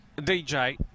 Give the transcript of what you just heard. DJ